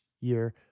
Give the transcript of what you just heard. year